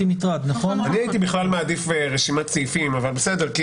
הייתי בכלל מעדיף רשימת סעיפים אבל בסדר.